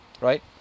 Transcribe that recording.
right